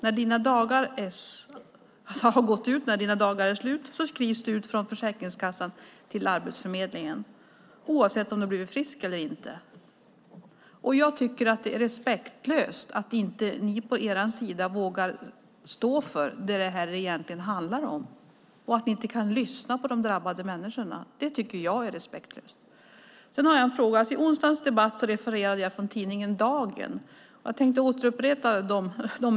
När dina dagar är slut skrivs du över från Försäkringskassan till Arbetsförmedlingen oavsett om du har blivit frisk eller inte. Jag tycker att det är respektlöst att ni på er sida inte vågar stå för vad det egentligen handlar om och att ni inte kan lyssna på de drabbade människorna. Det tycker jag är respektlöst. Jag har en fråga. I onsdagens debatt refererade jag till tidningen Dagen, och jag tänkte upprepa detta.